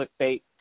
clickbait